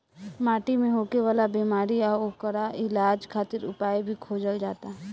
माटी मे होखे वाला बिमारी आ ओकर इलाज खातिर उपाय भी खोजल जाता